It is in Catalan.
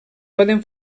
poden